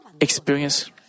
experience